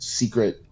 secret